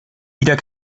wieder